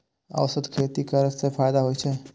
औषधि खेती करे स फायदा होय अछि?